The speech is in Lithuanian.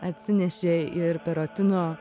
atsinešė ir perotino